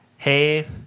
Hey